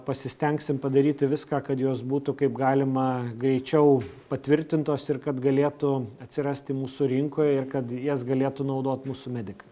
pasistengsim padaryti viską kad jos būtų kaip galima greičiau patvirtintos ir kad galėtų atsirasti mūsų rinkoj ir kad jas galėtų naudoti mūsų medikai